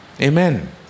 Amen